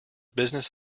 business